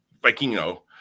Vikingo